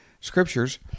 Scriptures